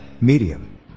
medium